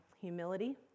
humility